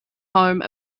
home